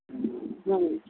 ਹਾਂਜੀ